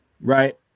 right